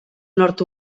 nord